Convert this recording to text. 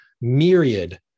myriad